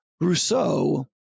Rousseau